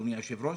אדוני היושב-ראש,